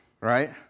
right